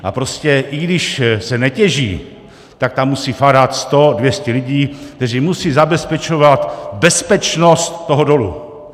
A prostě i když se netěží, tak tam musí fárat sto, dvě stě lidí, kteří musí zabezpečovat bezpečnost toho dolu.